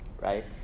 right